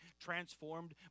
transformed